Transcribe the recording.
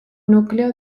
núcleo